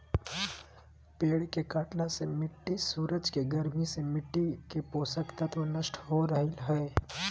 पेड़ के कटला से मिट्टी सूरज के गर्मी से मिट्टी के पोषक तत्व नष्ट हो रहल हई